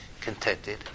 contented